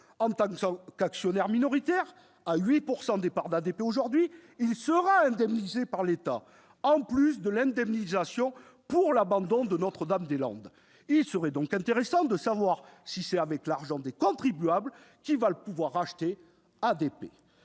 En tant qu'actionnaire minoritaire, détenant aujourd'hui 8 % des parts d'ADP, ce groupe sera indemnisé par l'État, en plus de l'indemnisation pour l'abandon de Notre-Dame-des-Landes. Il serait donc intéressant de savoir si c'est avec l'argent des contribuables qu'il va pouvoir racheter ADP